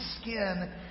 skin